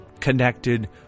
connected